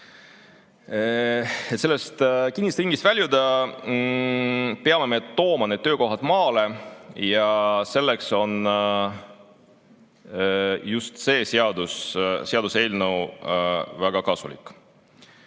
sellest kinnisest ringist väljuda, peame tooma need töökohad maale ja just selleks on see seaduseelnõu väga kasulik.